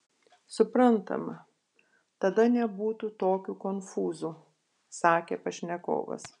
suprantama tada nebūtų tokių konfūzų sakė pašnekovas